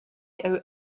owe